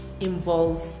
involves